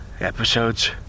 episodes